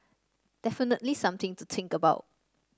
definitely something to think about